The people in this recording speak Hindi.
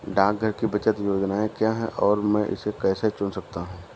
डाकघर की बचत योजनाएँ क्या हैं और मैं इसे कैसे चुन सकता हूँ?